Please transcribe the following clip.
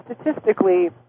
statistically